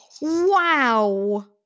Wow